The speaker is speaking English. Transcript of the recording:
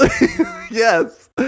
Yes